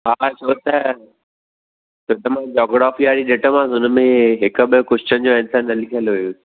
हा छो त छो त मां जॉग्रफी वारी ॾिठोमांसि उन में हिकु ॿ कॉश्चननि जो आन्सर न लिखियलु हुयुसि